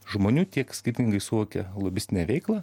žmonių tiek skirtingai suvokia lobistinę veiklą